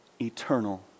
eternal